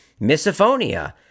misophonia